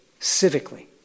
civically